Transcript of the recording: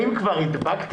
האם כבר הדבקתי?